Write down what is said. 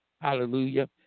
hallelujah